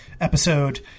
episode